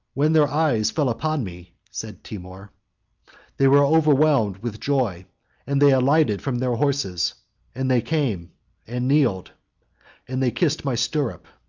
when their eyes fell upon me, says timour, they were overwhelmed with joy and they alighted from their horses and they came and kneeled and they kissed my stirrup.